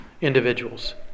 individuals